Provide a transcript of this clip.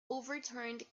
overturned